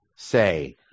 Say